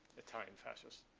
italian fascists.